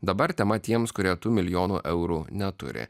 dabar tema tiems kurie tų milijonų eurų neturi